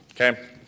Okay